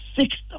sixth